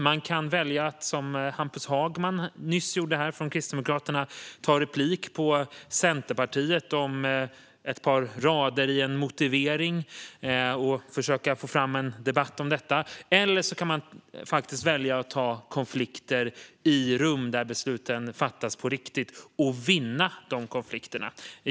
Man kan välja att, som Hampus Hagman från Kristdemokraterna nyss gjorde här, ta replik på Centerpartiet om ett par rader i en motivering och försöka få fram en debatt om detta. Eller så kan man välja att ta konflikter i rum där besluten fattas på riktigt och vinna de konflikterna.